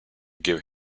give